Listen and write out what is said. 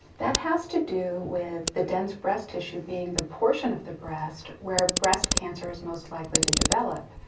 that has to do with the dense breast tissue being the portion of the breast where breast cancer is most likely to develop.